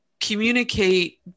communicate